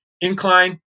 incline